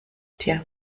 tja